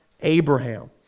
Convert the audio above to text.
Abraham